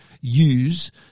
use